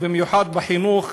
ובמיוחד בחינוך,